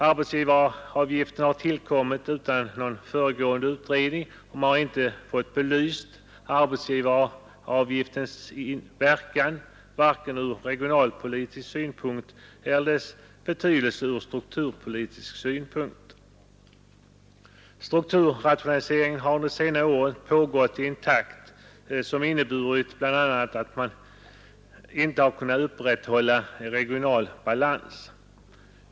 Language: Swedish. Arbetsgivaravgiften har tillkommit utan någon föregående utredning, och man har inte fått belyst avgiftens verkan vare sig från regionalpolitisk eller från strukturpolitisk synpunkt. Strukturrationaliseringen har under senare år pågått i en takt som inneburit att bl.a. regional balans inte kunnat upprätthållas.